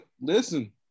Listen